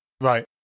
Right